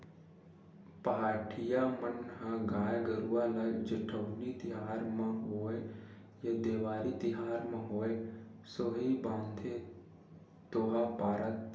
पहाटिया मन ह गाय गरुवा ल जेठउनी तिहार म होवय या देवारी तिहार म होवय सोहई बांधथे दोहा पारत